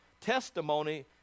testimony